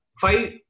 five